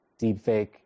deepfake